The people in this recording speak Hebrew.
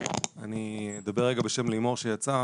אני אדבר רגע בשם לימור שיצאה.